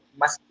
mas